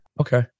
Okay